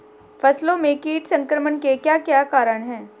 फसलों में कीट संक्रमण के क्या क्या कारण है?